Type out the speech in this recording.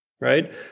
Right